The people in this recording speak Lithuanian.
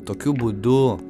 tokiu būdu